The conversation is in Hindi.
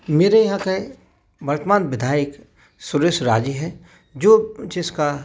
मेरे यहाँ के वर्तमान विधायक सुरेश राजी है जो जिसका